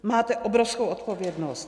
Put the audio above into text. Máte obrovskou odpovědnost.